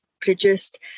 produced